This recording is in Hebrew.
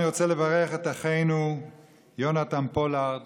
אני רוצה לברך את אחינו יונתן פולארד